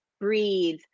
Breathe